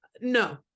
No